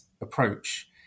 approach